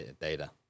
data